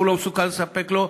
הוא לא מסוגל לספק לו,